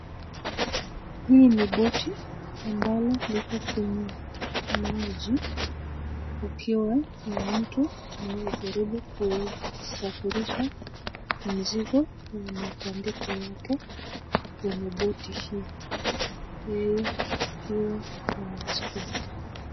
Hii ni boti ambalo liko kwenye maji, kukiwa na mtu anayejaribu kuisafirisha mizigo na matandiko yake kwenye boti hii. Yeye akiwa anasukuma.